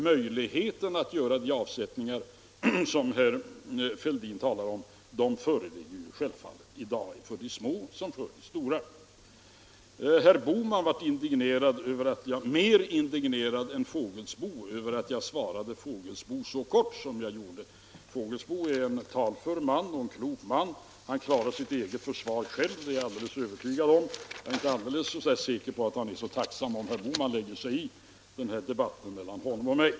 Möjligheten att göra de avsättningar som herr Fälldin talade om föreligger självfallet i dag för de små som för de stora företagen. Herr Bohman var mer indignerad än herr Fågelsbo över att jag hade svarat herr Fågelsbo så kort. Herr Fågelsbo är en klok och talför man. Jag är övertygad om att han klarar sitt försvar själv. Jag är inte säker på att han är tacksam över att herr Bohman lade sig i debatten mellan honom och mig.